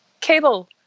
Cable